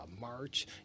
March